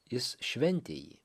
jis šventė jį